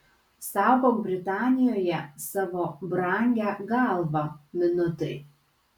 saugok britanijoje savo brangią galvą minutai